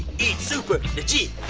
super legit.